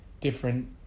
different